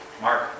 Mark